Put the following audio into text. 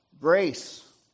Grace